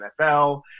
NFL